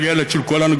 הילד של כולנו.